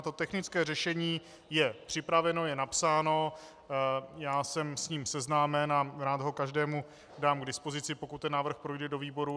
To znamená, technické řešení je připraveno, je napsáno, já jsem s ním seznámen a rád ho každému dám k dispozici, pokud návrh projde do výborů.